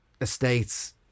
estates